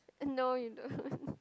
eh no you don't